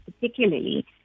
particularly